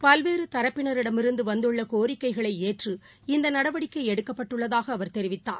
பல்வேறுதரப்பினரிடமிருந்துவந்துள்ளகோரிக்கைகளைஏற்று இந்தநடவடிக்கைஎடுக்கப்பட்டுள்ளதாகஅவா் தெரிவித்தார்